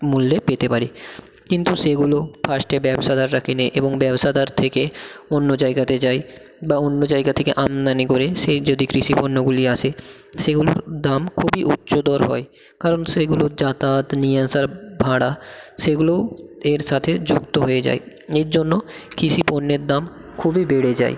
মূল্যে পেতে পারি কিন্তু সেগুলো ফার্স্টে ব্যবসাদাররা কেনে এবং ব্যবসাদার থেকে অন্য জায়গাতে যায় বা অন্য জায়গা থেকে আমদানি করে সেই যদি কৃষি পণ্যগুলি আসে সেগুলোর দাম খুবই উচ্চতর হয় কারণ সেগুলো যাতায়াত নিয়ে আসার ভাড়া সেগুলোও এর সাথে যুক্ত হয়ে যায় এর জন্য কৃষি পণ্যের দাম খুবই বেড়ে যায়